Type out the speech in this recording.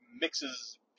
mixes